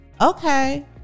Okay